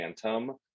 phantom